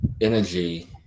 energy